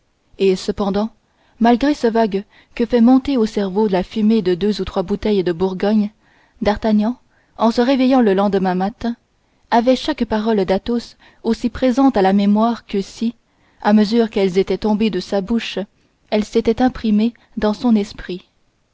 et cependant malgré ce vague que fait monter au cerveau la fumée de deux ou trois bouteilles de bourgogne d'artagnan en se réveillant le lendemain matin avait chaque parole d'athos aussi présente à son esprit que si à mesure qu'elles étaient tombées de sa bouche elles s'étaient imprimées dans son esprit